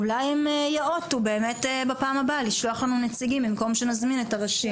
אולי הם יאותו בפעם הבאה לשלוח נציגים במקום שנזמין את הראשים.